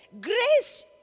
Grace